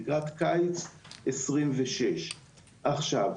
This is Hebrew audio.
לקראת קיץ 2026. עכשיו,